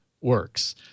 works